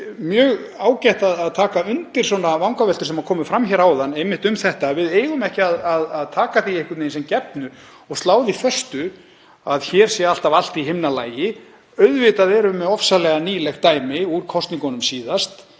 mjög ágætt að taka undir vangaveltur sem komu fram hér áðan einmitt um það að við eigum ekki að taka því sem gefnu og slá því föstu að hér sé alltaf allt í himnalagi. Auðvitað erum við með ofsalega nýlegt dæmi úr kosningunum síðast